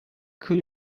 could